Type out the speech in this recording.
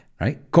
right